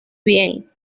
bien